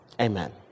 Amen